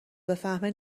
بفهمه